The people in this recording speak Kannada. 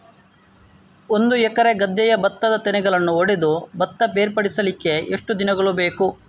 ಒಂದು ಎಕರೆ ಗದ್ದೆಯ ಭತ್ತದ ತೆನೆಗಳನ್ನು ಹೊಡೆದು ಭತ್ತ ಬೇರ್ಪಡಿಸಲಿಕ್ಕೆ ಎಷ್ಟು ದಿನಗಳು ಬೇಕು?